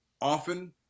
often